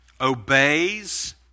obeys